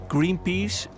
Greenpeace